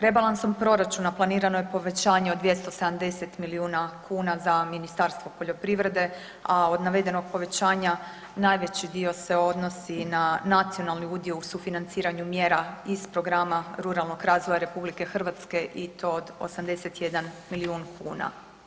Rebalansom proračuna planirano je povećanje od 270 milijuna kuna za Ministarstvo poljoprivrede, a od navedenog povećanja najveći dio se odnosi na nacionalni udio u sufinanciranju mjera iz Programa Ruralnog razvoja RH i to od 81 milijun kuna.